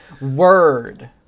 word